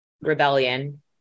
Rebellion